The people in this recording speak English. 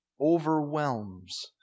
overwhelms